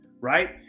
right